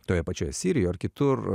toje pačioje sirijoje ar kitur